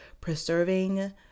preserving